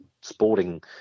sporting